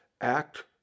act